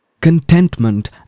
contentment